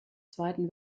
zweiten